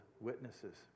Witnesses